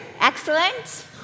Excellent